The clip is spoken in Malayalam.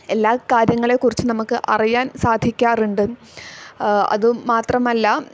എല്ലാ കാര്യങ്ങളെക്കുറിച്ച് നമ്മൾക്ക് അറിയാൻ സാധിക്കാറുണ്ട് അതും മാത്രമല്ല